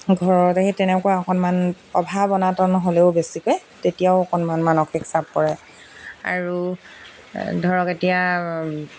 ঘৰতে সেই তেনেকুৱা অকণমান অভাৱ অনাতন হ'লেও বেছিকৈ তেতিয়াও অকণমান মানসিক চাপ পৰে আৰু ধৰক এতিয়া